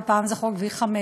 ופעם זה חוק V15,